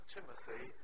Timothy